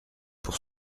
pour